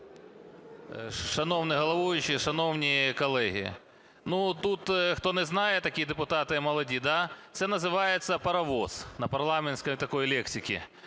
Шановний головуючий, шановні колеги! Ну, тут, хто не знає, такі депутати молоді, да, це називається "паровоз" на парламентській такій лексиці,